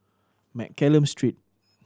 Mccallum Street